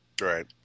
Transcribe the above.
right